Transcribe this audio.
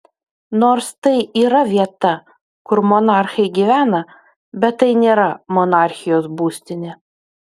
nors tai yra vieta kur monarchai gyvena bet tai nėra monarchijos būstinė